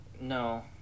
No